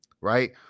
right